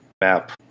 map